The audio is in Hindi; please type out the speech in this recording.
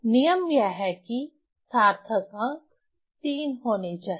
नियम यह है कि सार्थक अंक 3 होने चाहिए